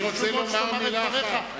אני רוצה לומר מלה אחת.